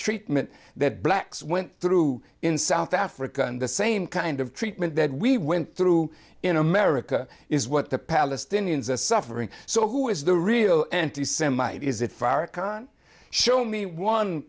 treatment that blacks went through in south africa in the same kind of treatment that we went through in america is what the palestinians are suffering so who is the real anti semite is it farrakhan show me one